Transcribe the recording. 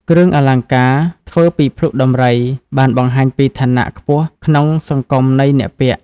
គ្រឿងអលង្ការធ្វើពីភ្លុកដំរី បានបង្ហាញពីឋានៈខ្ពស់ក្នុងសង្គមនៃអ្នកពាក់។